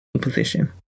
position